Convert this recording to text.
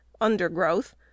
undergrowth